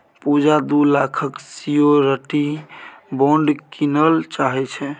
पुजा दु लाखक security bond कीनय चाहै छै